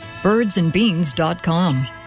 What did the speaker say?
Birdsandbeans.com